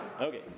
Okay